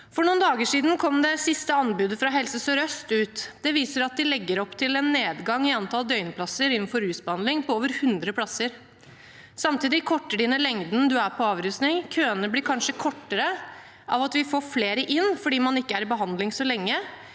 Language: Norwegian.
For noen dager siden kom det siste anbudet fra Helse sør-øst ut. Det viser at de legger opp til en nedgang i antall døgnplasser innenfor rusbehandling på over 100 plasser. Samtidig korter de ned lengden man er på avrusning. Køene blir kanskje kortere av at vi får flere inn fordi man ikke er i behandling så lenge,